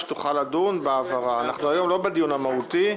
אנחנו לא בדיון מהותי.